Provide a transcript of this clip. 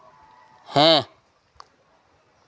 ᱦᱮᱸ